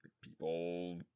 people